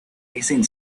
hissing